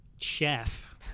chef